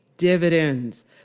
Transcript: Dividends